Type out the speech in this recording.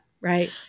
right